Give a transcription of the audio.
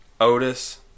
Otis